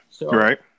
Right